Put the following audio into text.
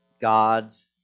god's